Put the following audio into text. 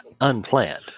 unplanned